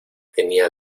tenía